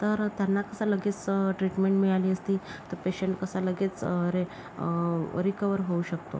तर त्यांना कसं लगेच ट्रीटमेंट मिळाली असती तर पेशंट कसा लगेच रे रिकव्हर होऊ शकतो